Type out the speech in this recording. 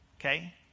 okay